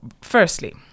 Firstly